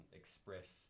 express